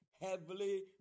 heavily